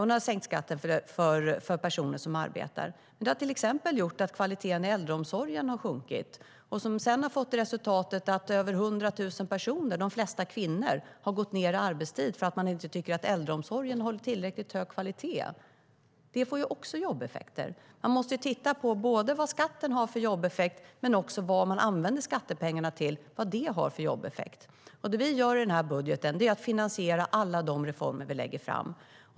Ni har sänkt skatten för personer som arbetar. Men det har till exempel gjort att kvaliteten i äldreomsorgen har sjunkit, som sedan har fått resultatet att över 100 000 personer - de flesta är kvinnor - har gått ned i arbetstid för att de inte tycker att äldreomsorgen håller tillräckligt hög kvalitet. Det får också jobbeffekter. har för jobbeffekt. Det vi gör i den här budgeten är att vi finansierar alla de reformer vi lägger fram.